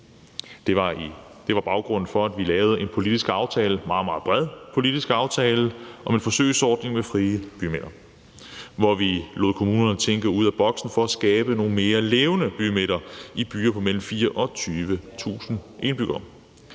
Det var baggrunden for, at vi lavede en politisk aftale, en meget, meget bred politisk aftale, om en forsøgsordning med frie bymidter, hvor vi lod kommunerne tænke ud af boksen for at skabe nogle mere levende bymidter i byer med mellem 4.000 og